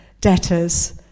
debtors